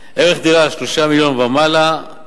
ערך דירה 3 מיליון ומעלה,